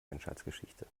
menschheitsgeschichte